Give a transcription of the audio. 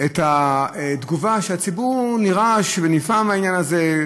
את התגובה, שהציבור נרעש ונפעם מהעניין הזה.